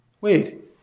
Wait